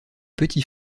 petit